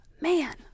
man